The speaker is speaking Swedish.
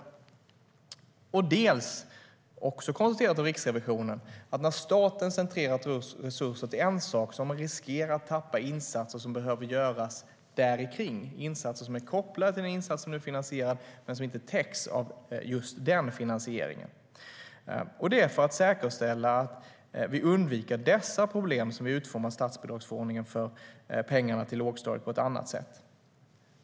För det tredje, vilket också har konstaterats av Riksrevisionen: När staten har centrerat resurser till en sak har man riskerat att tappa insatser som behöver göras därikring, alltså insatser som är kopplade till den insats som nu är finansierad men som inte täcks av just den finansieringen. Det är för att säkerställa att vi undviker dessa problem som vi utformar statsbidragsförordningen för pengarna till lågstadiet på ett annat sätt.